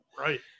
Right